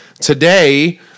today